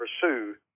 pursue